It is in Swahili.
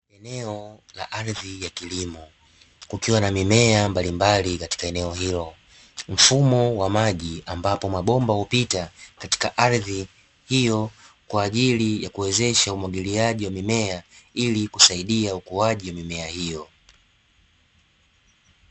Eneo la ardhi la kilimo kukiwa na mimea mbalimbali katika eneo hilo, mfumo wa maji ambapo mabomba hupita katika ardhi hiyo kwa ajili ya kuwezesha umwagiliaji wa mimea hiyo ili kusaidia ukuwaji wa mimea hiyo.